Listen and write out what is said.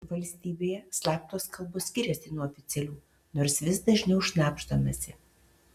valstybėje slaptos kalbos skiriasi nuo oficialių nors vis dažniau šnabždamasi